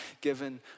given